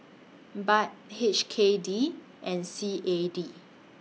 Baht H K D and C A D